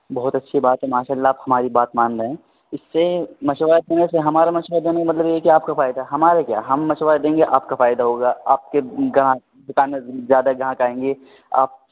جی بہت اچھی بات ہے ماشاء اللہ آپ ہماری بات مان رہے ہیں اس سے مشورہ دینے سے ہمارا مشورہ دینے کا مطلب یہ کہ آپ کا فائدہ ہمارا کیا ہم مشورہ دیں گے آپ کا فائدہ ہوگا آپ کے گراہک دوکان میں زیادہ گاہک آئیں گے آپ